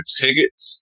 tickets